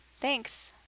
Thanks